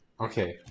Okay